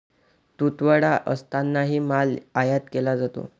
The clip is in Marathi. तुटवडा असतानाही माल आयात केला जातो